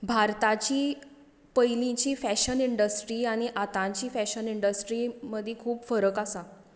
भारताची पयलीची fashion industry आनी आतांची फॅशन इंडस्ट्री मदीं खूब फरक आसा